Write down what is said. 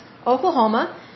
Oklahoma